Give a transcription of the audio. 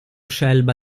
scelba